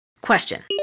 Question